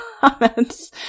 comments